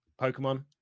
Pokemon